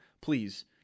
please